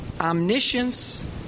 omniscience